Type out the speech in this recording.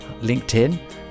LinkedIn